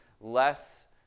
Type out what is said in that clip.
less